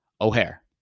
O'Hare